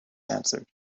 answered